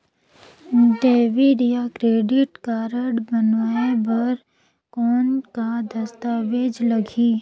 Debit या credit card बनवाय बर कौन का दस्तावेज लगही?